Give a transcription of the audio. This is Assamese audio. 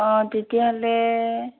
অঁ তেতিয়াহ'লে